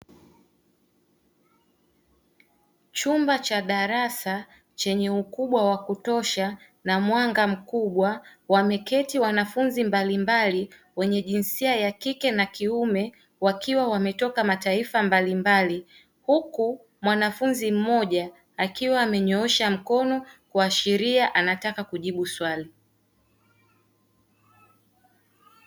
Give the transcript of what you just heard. Chumba cha darasa chenye ukubwa wa kutosha na mwanga mkubwa wameketi wanafunzi mbalimbali wenye jinsia ya kike na kiume wakiwa wametoka mataifa mbalimbali, huku mwanafunzi mmoja akiwa amenyoosha mkono kuashiria anataka kujibu swali.